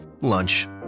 Lunch